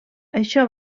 això